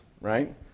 right